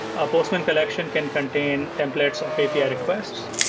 a postman collection can contain templates of api requests.